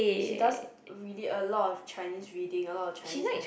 she does really a lot of Chinese reading a lot of Chinese ess~